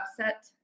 upset